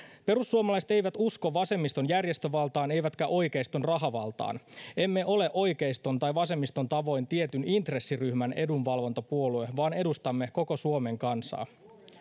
perussuomalaiset eivät usko vasemmiston järjestövaltaan eivätkä oikeiston rahavaltaan emme ole oikeiston tai vasemmiston tavoin tietyn intressiryhmän edunvalvontapuolue vaan edustamme koko suomen kansaa